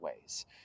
ways